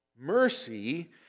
Mercy